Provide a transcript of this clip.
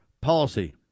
policy